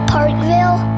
Parkville